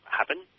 happen